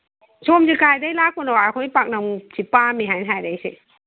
ꯁꯣꯝꯁꯦ ꯀꯥꯏꯗꯒꯤ ꯂꯥꯛꯄꯅꯣ ꯑꯩꯈꯣꯏ ꯄꯥꯛꯅꯝꯁꯤ ꯄꯥꯝꯃꯤ ꯍꯥꯏꯅ ꯍꯥꯏꯔꯤꯁꯦ